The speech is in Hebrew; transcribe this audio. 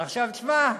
עכשיו, שמע,